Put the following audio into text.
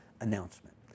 announcement